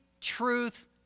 truth